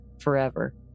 forever